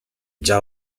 già